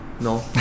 No